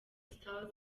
stars